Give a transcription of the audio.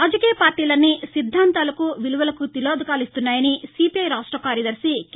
రాజకీయ పార్టీలన్నీ సిద్దాంతాలకు విలువలకు తిలోదకాలు ఇస్తున్నాయని సీపీఐ రాష్ట కార్యదర్శి కె